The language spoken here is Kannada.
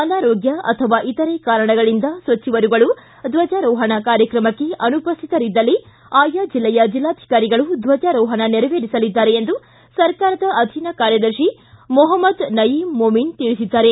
ಅನಾರೋಗ್ಯ ಅಥವಾ ಇತರೆ ಕಾರಣಗಳಿಂದ ಸಚಿವರುಗಳು ಧ್ವಜಾರೋಹಣ ಕಾರ್ಯಕ್ರಮಕ್ಕೆ ಅನುಪ್ಯತರಿದ್ದಲ್ಲಿ ಆಯಾ ಜಿಲ್ಲೆಯ ಜಿಲ್ಲಾಧಿಕಾರಿಗಳು ಧ್ವಜಾರೋಹಣ ನೇರವೆರಿಸಲಿದ್ದಾರೆ ಎಂದು ಸರ್ಕಾರದ ಅಧಿನ ಕಾರ್ಯದರ್ಶಿ ಮೊಹಮ್ಮದ ನಯೀಮ್ ಮೊಮೀನ್ ತಿಳಿಸಿದ್ದಾರೆ